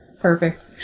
perfect